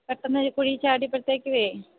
പെട്ടെന്ന് ഒരു കുഴിയിൽ ചാടിയപ്പഴുത്തേക്കുവേ